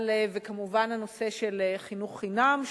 וכמובן את הנושא של חינוך חינם,